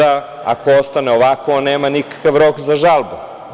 Ako ostane ovako on nema nikakav rok za žalbu.